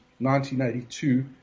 1982